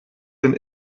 den